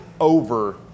over